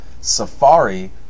Safari